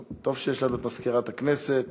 טוב שיש לנו מזכירת הכנסת